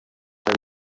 beim